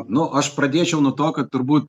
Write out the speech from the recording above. nu aš pradėčiau nuo to kad turbūt